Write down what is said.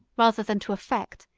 rather than to affect,